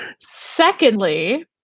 Secondly